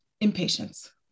impatience